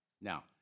Now